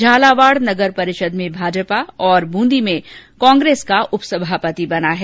झालावाड नगर परिषद में भाजपा और बूंदी में कांग्रेस का उप सभापित बना है